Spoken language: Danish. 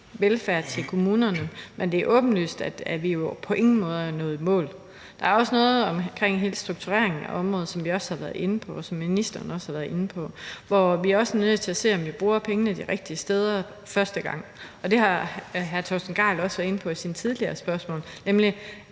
velfærd til kommunerne, men det er åbenlyst, at vi jo på ingen måde er nået i mål. Der er også noget omkring hele struktureringen af området, som vi også har været inde på, og som ministeren også har været inde på, og hvor vi også er nødt til at se på, om vi bruger pengene de rigtige steder første gang. Det har hr. Torsten Gejl også været inde på i sine tidligere spørgsmål, nemlig